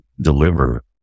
deliver